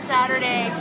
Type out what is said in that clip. Saturday